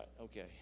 okay